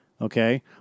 okay